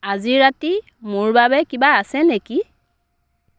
আজি ৰাতি মোৰ বাবে কিবা আছে নেকি